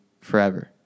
forever